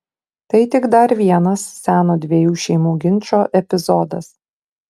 tai tik dar vienas seno dviejų šeimų ginčo epizodas